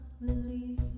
lily